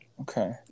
Okay